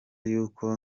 yuko